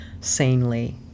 sanely